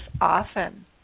often